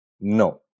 No